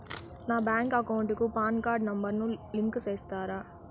నా bank account కు PAN card number ను లింకు సేస్తారా?